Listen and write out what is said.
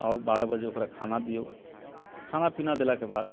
आऊ बारह बजे ओकरा खाना दियौ खाना पीना देलाके बाद